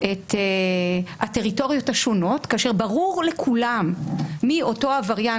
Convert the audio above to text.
את הטריטוריות השונות כאשר ברור לכולם מי אותו עבריין.